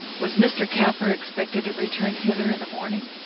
was mr. capper expected to return hither in the morning?